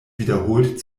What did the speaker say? wiederholt